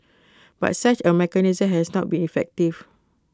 but such A mechanism has not been effective